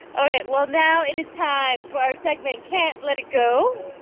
all right. well, now it is time for our segment can't let it go,